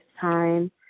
time